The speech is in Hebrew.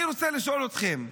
אני רוצה לשאול אתכם,